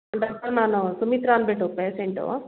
doctor ನಾನು ಸುಮಿತ್ರಾ ಅಂದ್ಬಿಟ್ಟು patient